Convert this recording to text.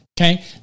okay